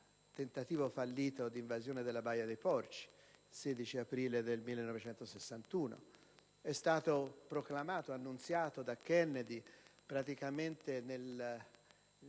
tentativo fallito di invasione della Baia dei porci, il 16 aprile del 1961; è stato annunziato da Kennedy praticamente il